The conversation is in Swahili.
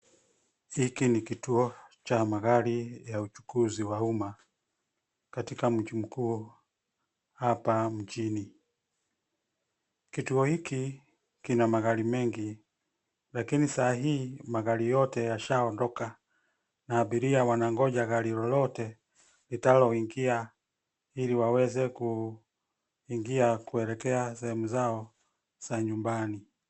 Hiki ni kituo cha magari ya uchukuzi wa umma katika mji mkuu hapa mjini. Kituo hiki kina magari mengi lakini saa hii magari yote yashaondoka na abiria wanangoja gari lolote litaloingia ili waweze kuingia kuelekea sehemu zao za nyumbani.